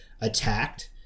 attacked—